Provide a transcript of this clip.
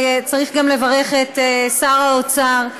וצריך גם לברך את שר האוצר,